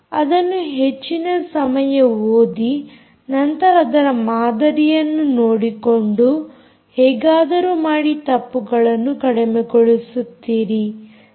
ಅದನ್ನು ಹೆಚ್ಚಿನ ಸಮಯ ಓದಿ ನಂತರ ಅದರ ಮಾದರಿಯನ್ನು ನೋಡಿಕೊಂಡು ಹೇಗಾದರೂ ಮಾಡಿ ತಪ್ಪುಗಳನ್ನು ಕಡಿಮೆಗೊಳಿಸುತ್ತೀರಿ